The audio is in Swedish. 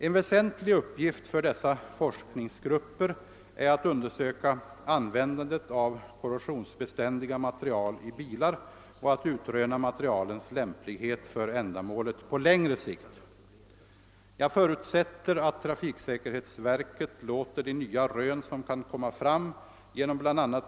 En väsentligt uppgift för dessa forskningsgrupper är att undersöka användandet av korrosionsbeständiga material i bilar och att utröna materialens lämplighet för ändamålet på längre sikt. Jag förutsätter att trafiksäkerhetsverket låter de nya rön, som kan komma fram genom bla.